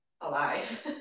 alive